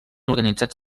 organitzats